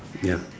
ya